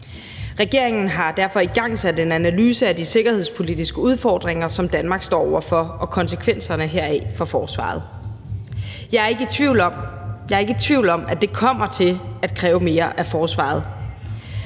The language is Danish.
Regeringen har derfor igangsat en analyse af de sikkerhedspolitiske udfordringer, som Danmark står over for, og konsekvenserne heraf for Forsvaret. Jeg er ikke i tvivl om, at det kommer til at kræve mere af Forsvaret.